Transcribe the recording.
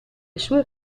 sue